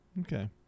Okay